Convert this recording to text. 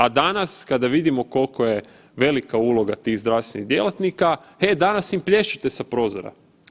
A danas, kada vidimo koliko je velika uloga tih zdravstvenih djelatnika, e danas im plješćete sa prozora.